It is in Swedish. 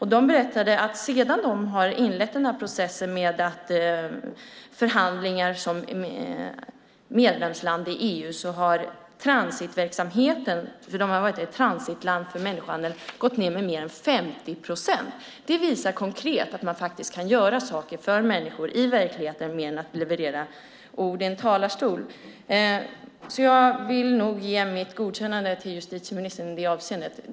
Man berättade att sedan Makedonien inledde processen om medlemskap i EU har transitverksamheten - Makedonien är ett transitland för människohandel - gått ned med mer än 50 procent. Det visar konkret att man kan göra saker för människor i verkligheten mer än att leverera ord i en talarstol. Jag ger därför mitt godkännande till justitieministern i det avseendet.